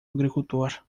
agricultor